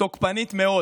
תוקפנית מאוד